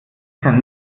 kann